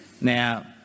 Now